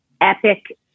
epic